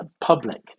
public